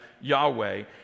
Yahweh